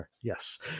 Yes